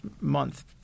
month